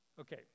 okay